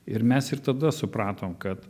ir mes ir tada supratom kad